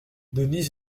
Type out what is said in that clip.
denise